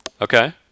Okay